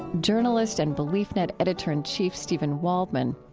journalist and beliefnet editor and chief steven waldman.